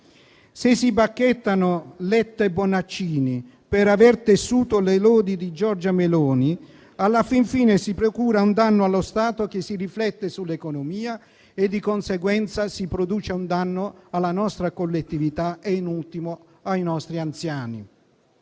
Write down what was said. Se si bacchettano Letta e Bonaccini per aver tessuto le lodi di Giorgia Meloni, alla fine si procura un danno allo Stato che si riflette sulla nostra economia e, di conseguenza, si produce un danno alla nostra collettività e in ultimo ai nostri anziani.